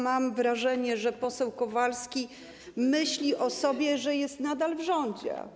Mam wrażenie, że poseł Kowalski myśli o sobie, że jest nadal w rządzie.